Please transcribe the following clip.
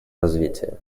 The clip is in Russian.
развития